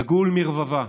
דגול מרבבה,